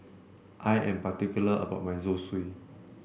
I am particular about my Zosui